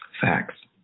Facts